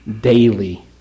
daily